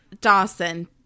Dawson